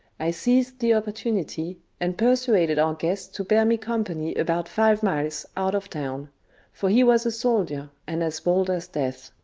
i seized the opportunity, and persuaded our guest to bear me company about five miles out of town for he was a soldier, and as bold as death.